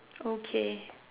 okay